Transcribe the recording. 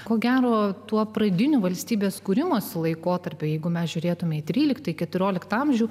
ko gero tuo pradiniu valstybės kūrimosi laikotarpiu jeigu mes žiūrėtumėme į tryliktą keturioliktą amžių